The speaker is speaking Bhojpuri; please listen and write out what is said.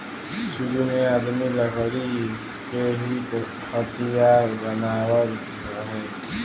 सुरु में आदमी लकड़ी के ही हथियार बनावत रहे